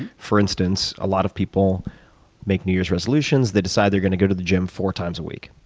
for instance, a lot of people make new year's resolutions. they decide they're gonna go to the gym four times a week.